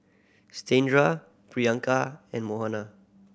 Satyendra Priyanka and Manohar